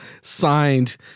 signed